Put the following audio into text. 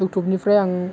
इउटुबनिफ्राइ आं